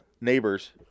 Neighbors